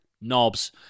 knobs